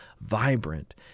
vibrant